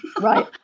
right